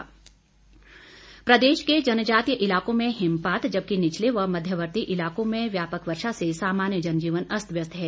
मौसम प्रदेश के जनजातीय इलाकों में हिमपात जबकि निचले व मध्यवर्ती इलाकों में व्यापक वर्षा से सामान्य जनजीवन अस्त व्यस्त है